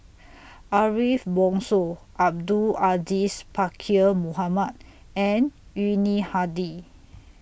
Ariff Bongso Abdul Aziz Pakkeer Mohamed and Yuni Hadi